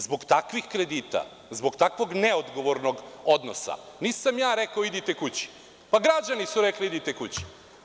Zbog takvih kredita, zbog takvog neodgovornog odnosa, nisam ja rekao – idite kući, pa, građani su rekli idite kući.